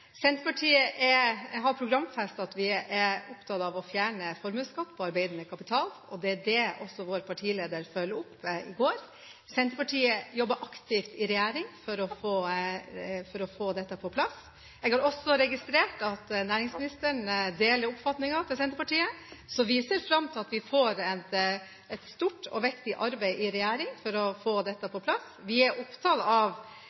Senterpartiet har programfestet at vi er opptatt av å fjerne formuesskatt på arbeidende kapital. Det var det vår partileder fulgte opp i går. Senterpartiet jobber aktivt i regjering for å få dette på plass. Jeg har også registrert at næringsministeren deler oppfatningen til Senterpartiet, så vi ser fram til at vi får et stort og viktig arbeid i regjering for å få dette på plass. Vi er opptatt av